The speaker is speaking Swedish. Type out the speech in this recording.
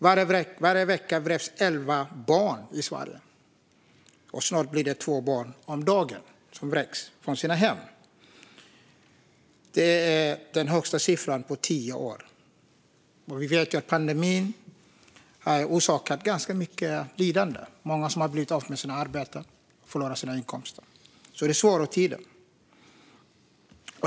Varje vecka vräks 11 barn i Sverige; snart är det 2 barn om dagen som vräks från sina hem. Det är den högsta siffran på tio år. Vi vet att pandemin har orsakat ganska mycket lidande. Det är många som har blivit av med arbete och inkomster. Det är svåra tider.